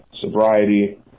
sobriety